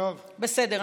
בסדר,